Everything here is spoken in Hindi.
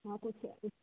हाँ कुछ उस